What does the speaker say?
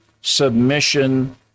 submission